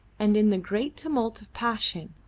and in the great tumult of passion,